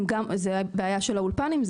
זו בעיה של האולפן.